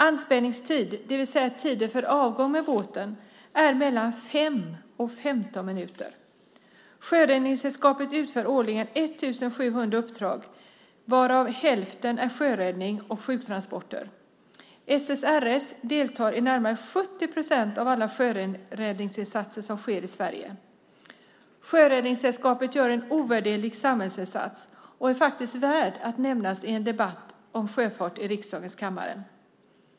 Anspänningstiden, det vill säga tiden för avgång med båten är 5-15 minuter. Sjöräddningssällskapet utför årligen 1 700 uppdrag, varav hälften är sjöräddning och sjuktransporter. SSRS deltar i närmare 70 procent av alla sjöräddningsinsatser som sker i Sverige. Sjöräddningssällskapet gör en ovärderlig samhällsinsats och är faktiskt värd att nämnas i en debatt om sjöfart i riksdagens kammare.